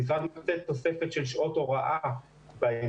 המשרד מקבל תוספת של שעות הוראה ביסודי,